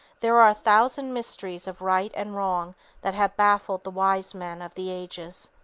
there are a thousand mysteries of right and wrong that have baffled the wise men of the ages.